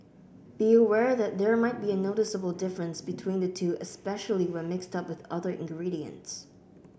be aware that there might be a noticeable difference between the two especially when mixed up with other ingredients